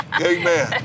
Amen